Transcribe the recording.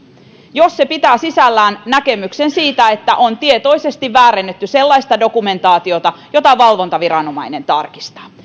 jos se pitää sisällään näkemyksen siitä että on tietoisesti väärennetty sellaista dokumentaatiota jota valvontaviranomainen tarkistaa